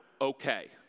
okay